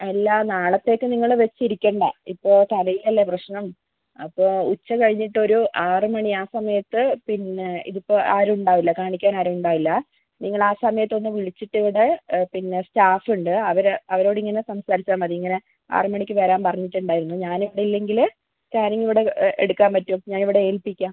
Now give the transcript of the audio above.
അല്ല നാളത്തേക്ക് നിങ്ങൾ വെച്ച് ഇരിക്കേണ്ട ഇപ്പോൾ തലയിൽ അല്ലേ പ്രശ്നം അപ്പോൾ ഉച്ച കഴിഞ്ഞിട്ട് ഒരു ആറ് മണി ആ സമയത്ത് പിന്നെ ഇത് ഇപ്പം ആരും ഉണ്ടാവില്ല് കാണിക്കാൻ ആരും ഉണ്ടാവില്ല നിങ്ങൾ ആ സമയത്ത് ഒന്ന് വിളിച്ചിട്ട് ഇവിടെ പിന്ന സ്റ്റാഫ് ഉണ്ട് അവർ അവരോട് ഇങ്ങനെ സംസാരിച്ചാൽ മതി ഇങ്ങനെ ആറ് മണിക്ക് വരാൻ പറഞ്ഞിട്ടുണ്ടായിരുന്നു ഞാൻ ഇവിടെ ഇല്ലെങ്കിൽ കാര്യം ഇവിടെ എടുക്കാൻ പറ്റും ഞാൻ ഇവിടെ ഏൽപ്പിക്കാം